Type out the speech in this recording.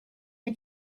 the